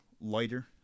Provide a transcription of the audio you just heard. lighter